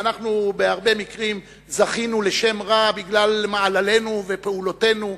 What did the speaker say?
ובהרבה מקרים זכינו לשם רע בגלל מעללינו ופעולותינו,